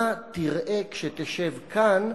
מה תראה כשתשב כאן,